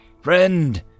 Friend